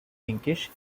pinkish